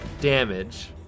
damage